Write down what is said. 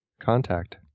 contact